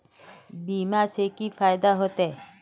बीमा से की फायदा होते?